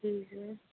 جی جی